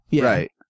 Right